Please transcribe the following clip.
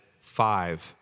five